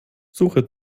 suche